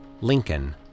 Lincoln